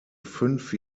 fünf